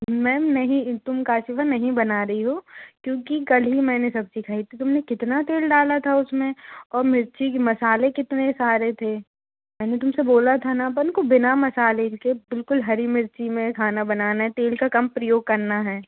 ma'am नहीं तुम काशिफ़ा नहीं बना रही हो क्योंकि कल ही मैंने सब्ज़ी खाई थी तुम ने कितना तेल डाला था उसमें और मिर्ची मसाले कितने सारे थे मैंने तुम से बोला था ना अपन को बिना मसाले के बिल्कुल हरी मिर्ची में खाना बनाना है तेल का कम प्रयोग करना है